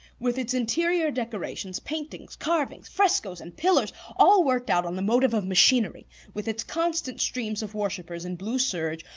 with its interior decorations, paintings, carvings, frescoes, and pillars, all worked out on the motive of machinery with its constant streams of worshippers in blue serge,